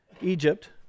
Egypt